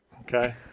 okay